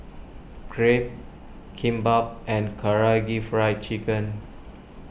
Crepe Kimbap and Karaage Fried Chicken